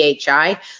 PHI